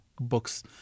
books